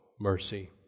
mercy